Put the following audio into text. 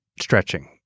stretching